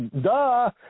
Duh